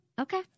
Okay